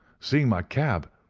seeing my cab,